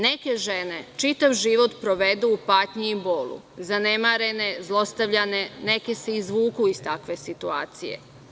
Neke žene čitav život provedu u patnji i bolu, zanemarene, zlostavljene, a neke se izvuku iz takve situacije.